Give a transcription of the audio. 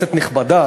כנסת נכבדה,